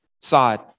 side